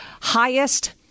highest